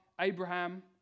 Abraham